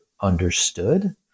understood